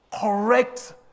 correct